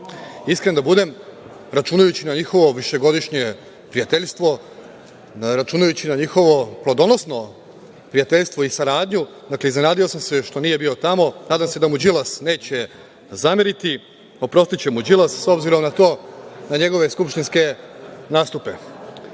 Iskren da budem, računajući na njihovo višegodišnje prijateljstvo, računajući na njihovo plodonosno prijateljstvo i saradnju, dakle, iznenadio sam se što nije bio tamo. Nadam se da mu Đilas neće zameriti. Oprostiće mu Đilas, s obzirom na to, na njegove skupštinske nastupe. Dame